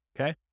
okay